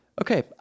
okay